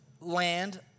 land